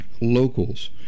locals